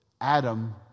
Adam